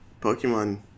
Pokemon